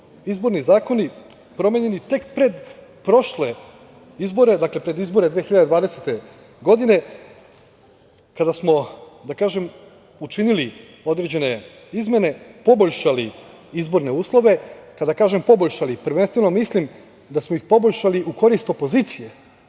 izborni zakoni promenjeni tek pred prošle izbore, pred izbore 2020. godine kada smo, da kažem, učinili određene izmene poboljšali izborne uslove, a kada kažem poboljšali prvenstveno mislim da smo ih poboljšali u korist opozicije